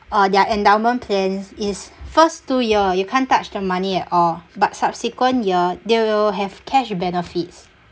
uh their endowment plans is first two year you can't touch the money at all but subsequent year they will have cash benefits